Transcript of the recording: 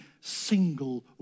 single